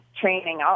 training